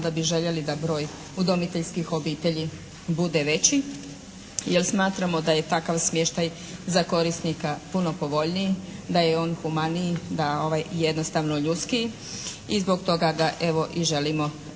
da bi željeli da broj udomiteljskih obitelji bude veći, jer smatramo da je takav smještaj za korisnika puno povoljniji, da je on humaniji, da je jednostavno ljudskiji i zbog toga ga evo i želimo